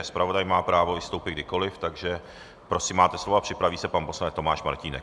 Zpravodaj má právo vystoupit kdykoliv, takže prosím, máte slovo a připraví se pan poslanec Tomáš Martínek.